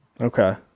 Okay